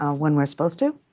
ah when we're supposed to.